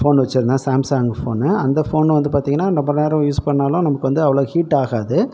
phone வச்சிருந்தேன் Samsung phone அந்த phone வந்து பார்த்திங்கன்னா ரொம்ப நேரம் யூஸ் பண்ணாலும் நமக்கு வந்து அவ்வளோ ஹீட் ஆகாது